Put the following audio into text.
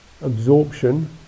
Absorption